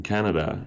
Canada